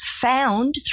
found